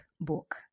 book